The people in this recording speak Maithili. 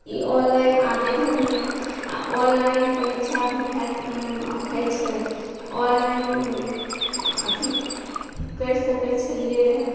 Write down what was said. ई ऑनलाइन आवेदन भी ऑनलाइन परीक्षा भी भए होइ छै ऑनलाइन अथी करि सकय छलियै रहय